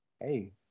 Hey